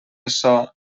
açò